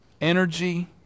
energy